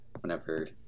whenever